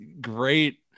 great